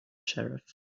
sheriff